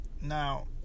Now